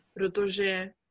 Protože